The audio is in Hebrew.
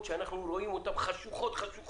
שאנחנו רואים אותן חשוכות-חשוכות,